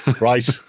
Right